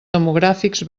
demogràfics